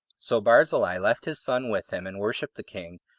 so barzillai left his son with him, and worshipped the king,